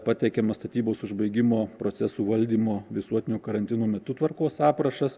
pateikiamas statybos užbaigimo procesų valdymo visuotinio karantino metu tvarkos aprašas